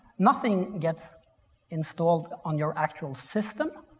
nothing gets installed on your actual system.